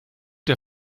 der